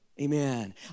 Amen